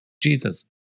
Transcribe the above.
Jesus